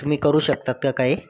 तुम्ही करू शकता का काही